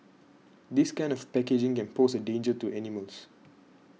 this kind of packaging can pose a danger to animals